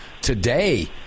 today